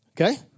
Okay